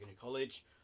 College